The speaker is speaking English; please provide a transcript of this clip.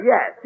Yes